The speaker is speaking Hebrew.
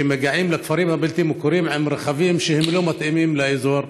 ומגיעים לכפרים הבלתי-מוכרים עם רכבים שהם לא מתאימים לאזור,